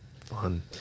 Fun